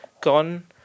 gone